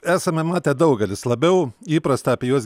esame matę daugelis labiau įprasta apie juos